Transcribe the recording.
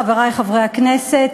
חברי חברי הכנסת,